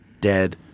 dead